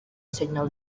signal